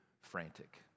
frantic